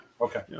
Okay